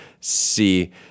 see